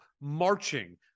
marching